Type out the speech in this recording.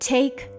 Take